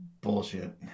Bullshit